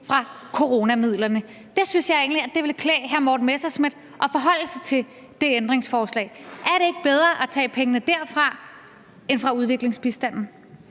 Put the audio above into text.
fra coronamidlerne. Der synes jeg egentlig, at det ville klæde hr. Morten Messerschmidt at forholde sig til det ændringsforslag. Er det ikke bedre at tage pengene derfra end fra udviklingsbistanden?